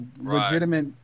legitimate